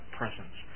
presence